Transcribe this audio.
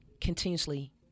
continuously